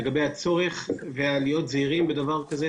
לגבי הצורך להיות זהירים בדבר הזה,